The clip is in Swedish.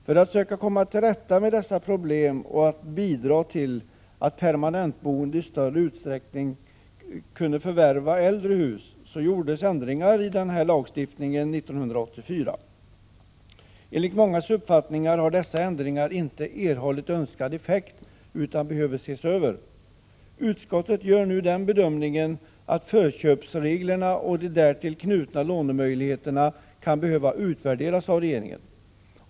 För att söka komma till rätta med dessa problem och bidra till att permanentboende i större utsträckning skulle kunna förvärva äldre hus gjorde riksdagen ändringar i berörd lagstiftning 1984. Enligt mångas uppfattning har dessa ändringar inte erhållit önskad effekt utan behöver ses över. Utskottet gör nu bedömningen att förköpsreglerna och de därtill knutna lånemöjligheterna kan behöva utvärderas av regeringen.